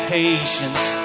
patience